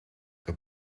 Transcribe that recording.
que